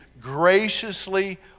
graciously